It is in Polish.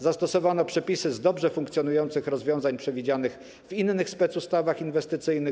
Zastosowano przepisy z dobrze funkcjonujących rozwiązań przewidzianych w innych specustawach inwestycyjnych.